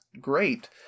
great